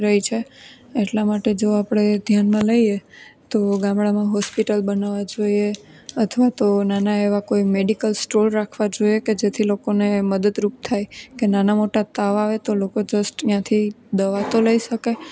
રહે છે એટલા માટે જો આપણે ધ્યાનમાં લઈએ તો ગામડામાં હોસ્પિટલ બનાવવા જોઈએ અથવા તો નાના એવા કોઈ મેડિકલ સ્ટોર રાખવા જોઈએ કે જેથી લોકોને મદદરૂપ થાય કે નાના મોટા તાવ આવે તો લોકો જસ્ટ ત્યાંથી દવા તો લઈ શકે